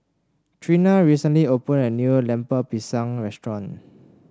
Treena recently opened a new Lemper Pisang Restaurant